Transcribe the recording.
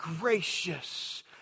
gracious